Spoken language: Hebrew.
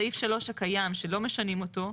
סעיף 3 הקיים, שלא משנים אותו,